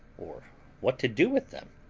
or what to do with them.